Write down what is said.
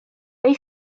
they